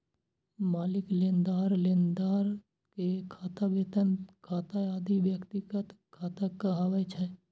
मालिक, लेनदार, देनदार के खाता, वेतन खाता आदि व्यक्तिगत खाता कहाबै छै